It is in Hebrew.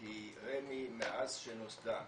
כי רמ"י, מאז שהיא נוסדה,